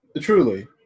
Truly